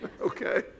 Okay